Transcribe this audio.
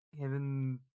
Heaven